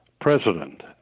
president